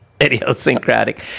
Idiosyncratic